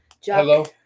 Hello